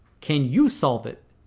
can you solve it?